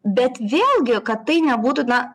bet vėlgi kad tai nebūtų na